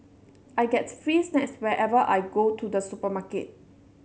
I get free snacks whenever I go to the supermarket